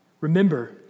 Remember